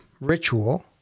ritual